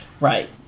Right